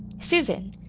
susan!